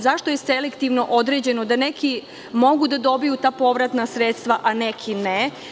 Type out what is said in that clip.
Zašto je selektivno određeno da neki mogu da dobiju ta povratna sredstva, a neki ne?